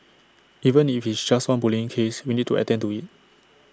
even if it's just one bullying case we need to attend to IT